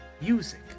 Music